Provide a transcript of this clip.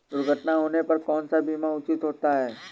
दुर्घटना होने पर कौन सा बीमा उचित होता है?